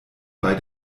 bei